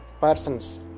persons